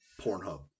Pornhub